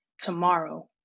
Tomorrow